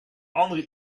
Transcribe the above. andere